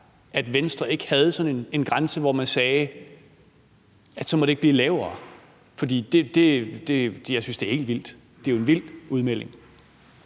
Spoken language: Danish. at Venstre ikke havde sådan en grænse, hvor man sagde, at så må det ikke blive lavere? For jeg synes, det er helt vildt; det er jo en vild udmelding.